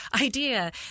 idea